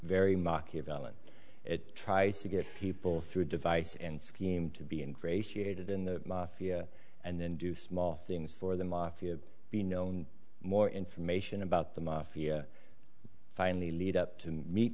very machiavellian it tries to get people through device and scheme to be in great heated in the mafia and then do small things for the mafia be known more information about the mafia finally lead up to meet